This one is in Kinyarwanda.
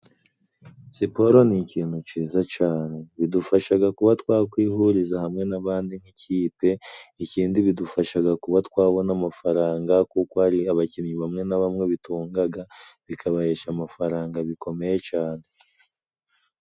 Siporo ni ikintu ciza cane bidufashaga kuba twakwihuriza hamwe n'abandi nk'ikipe, ikindi bidufashaga kuba twabona amafaranga kuko hari abakinnyi bamwe na bamwe bitungaga, bikabahesha amafaranga bikomeye cane.